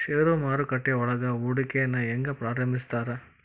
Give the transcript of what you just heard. ಷೇರು ಮಾರುಕಟ್ಟೆಯೊಳಗ ಹೂಡಿಕೆನ ಹೆಂಗ ಪ್ರಾರಂಭಿಸ್ತಾರ